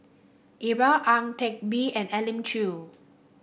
Iqbal Ang Teck Bee and Elim Chew